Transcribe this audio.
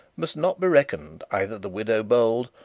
must not be reckoned either the widow bold,